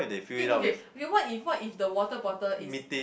okay okay wait what if what if the water bottle is